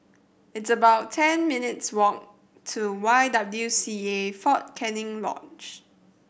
it's about ten minutes' walk to Y W C A Fort Canning Lodge